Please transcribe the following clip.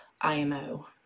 IMO